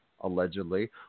allegedly